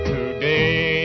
Today